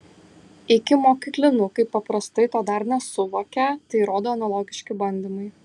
ikimokyklinukai paprastai to dar nesuvokia tai rodo analogiški bandymai